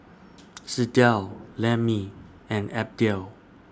Sydell Lemmie and Abdiel